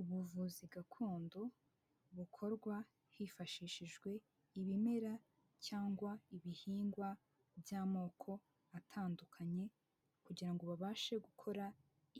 Ubuvuzi gakondo bukorwa hifashishijwe ibimera cyangwa ibihingwa by'amoko atandukanye, kugira ngo babashe gukora